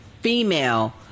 female